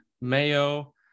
mayo